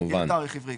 יהיה תאריך עברי.